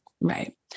Right